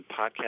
podcast